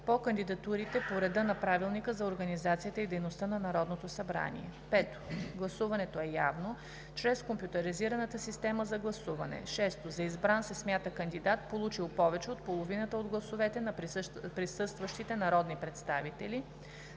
по кандидатурите по реда на Правилника за организацията и дейността на Народното събрание. 5. Гласуването е явно чрез компютризираната система за гласуване. 6. За избран се смята кандидат, получил повече от половината от гласовете на присъстващите народни представители.